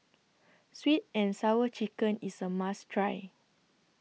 Sweet and Sour Chicken IS A must Try